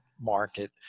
market